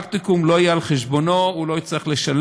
הפרקטיקום לא יהיה על חשבונו, הוא לא יצטרך לשלם.